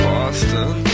Boston